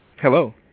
Hello